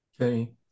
Okay